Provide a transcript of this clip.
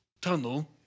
tunnel